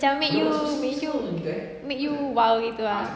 macam make you make you !wow! gitu ah